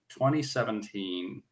2017